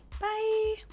Bye